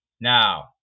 Now